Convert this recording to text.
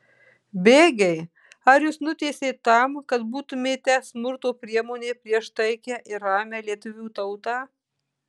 bėgiai ar jus nutiesė tam kad būtumėte smurto priemonė prieš taikią ir ramią lietuvių tautą